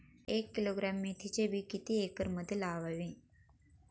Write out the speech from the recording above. एक किलोग्रॅम मेथीचे बी किती एकरमध्ये लावावे?